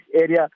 area